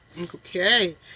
Okay